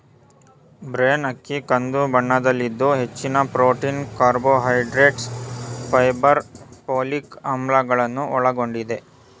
bran ಅಕ್ಕಿ ಕಂದು ಬಣ್ಣದಲ್ಲಿದ್ದು ಹೆಚ್ಚಿನ ಪ್ರೊಟೀನ್, ಕಾರ್ಬೋಹೈಡ್ರೇಟ್ಸ್, ಫೈಬರ್, ಪೋಲಿಕ್ ಆಮ್ಲಗಳನ್ನು ಒಳಗೊಂಡಿದೆ